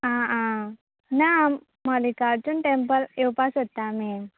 आं आं ना मल्लीकार्जून टेंम्पल येवपाक सोदता आमी